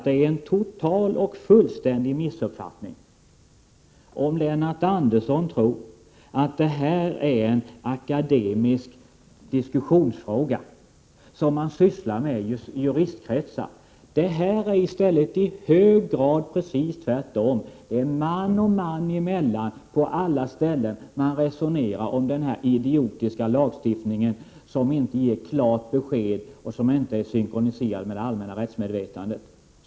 Det är en total och fullständig missuppfattning, om Lennart Andersson tror att detta är en akademisk diskussionsfråga, som man sysslar med i juristkretsar. Det är i hög grad precis tvärtom: man och man emellan, på alla ställen, resoneras det om denna idiotiska lagstiftning, som inte ger klart 929 besked och som inte är synkroniserad med det allmänna rättsmedvetandet.